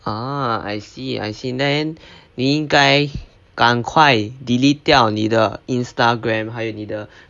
ah I see I see then 你应该赶快 delete 掉你的 Instagram 还有你的